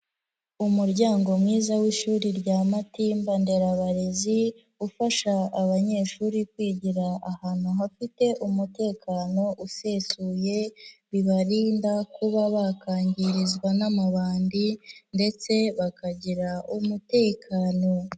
Umuryango mwiza w'ishuri rya Matimba nderabarez,i ufasha abanyeshuri kwigira ahantu hafite umutekano usesuye, bibarinda kuba bakangirizwa n'amabandi ndetse bakagira umutekano.